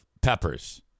peppers